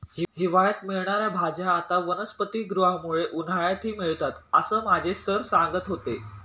हिवाळ्यात मिळणार्या भाज्या आता वनस्पतिगृहामुळे उन्हाळ्यातही मिळतात असं माझे सर सांगत होते